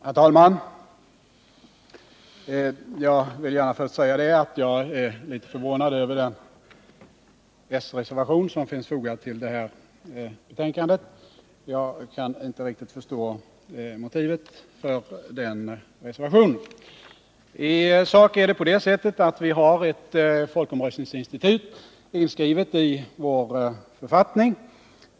Herr talman! Jag vill gärna först säga att jag är litet förvånad över den sreservation som är fogad vid betänkandet. Jag kaninte riktigt förstå motivet för denna reservation. 4 I sak förhåller det sig så att vi har ett folkomröstningsinstitut inskrivet i vår författning.